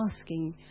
asking